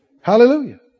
Hallelujah